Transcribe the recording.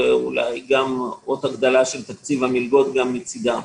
ואולי גם עוד הגדלה של תקציב המלגות גם מצדם,